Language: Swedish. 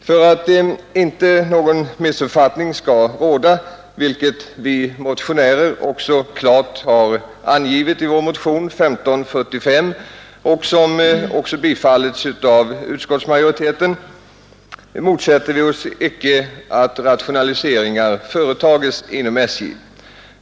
För att ingen missuppfattning skall råda vill jag säga — detta har vi motionärer också klart angivit i vår motion, nr 1545, som också tillstyrkts av utskottsmajoriteten — att vi inte motsätter oss att rationaliseringar företas inom SJ.